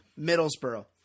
Middlesboro